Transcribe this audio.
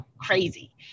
crazy